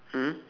mm